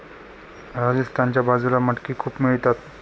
राजस्थानच्या बाजूला मटकी खूप मिळतात